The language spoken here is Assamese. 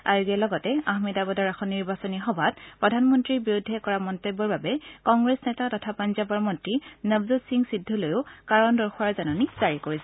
আয়োগে লগতে আহমেদাবাদৰ এখন নিৰ্বাচনী সভাত প্ৰধানমন্ত্ৰীৰ বিৰুদ্ধে কৰা মন্তব্যৰ বাবে কংগ্ৰেছ নেতা তথা পাঞ্জাৱৰ মন্ত্ৰী নবজ্যোৎ সিং সিদ্ধুলৈও কাৰণ দৰ্শোৱাৰ জাননী জাৰি কৰিছে